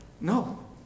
No